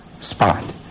spot